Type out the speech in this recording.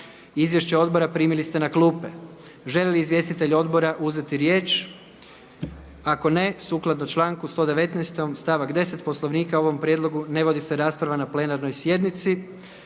Izvješće odbora primili ste na klupe. Želi li izvjestitelj odbora uzeti riječ? Gospodin Podlonjak. Nema ga. Sukladno članku 119. stavak 10. Poslovnika o ovom prijedlogu ne vodi se rasprava na plenarnoj sjednici.